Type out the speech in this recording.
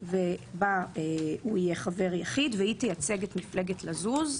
בה הוא יהיה חבר יחיד והיא תייצג את מפלגת לזוז.